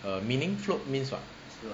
err meaning float means what